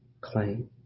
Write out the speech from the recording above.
claim